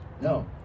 no